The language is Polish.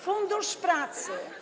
Fundusz Pracy.